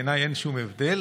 בעיניי אין שום הבדל.